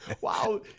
Wow